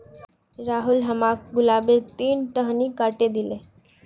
राहुल हमाक गुलाबेर तीन टहनी काटे दिले